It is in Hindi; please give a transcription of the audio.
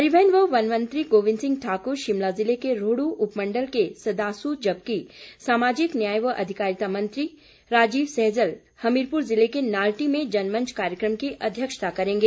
परिवहन व वन मंत्री गोबिन्द सिंह ठाकुर शिमला जिले के रोहडू उपमंडल के संदासू जबकि सामाजिक न्याय व अधिकारिता मंत्री राजीव सैजल हमीरपुर जिले के नाल्टी में जनमंच कार्यक्रम की अध्यक्षता करेंगे